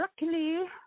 luckily